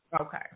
Okay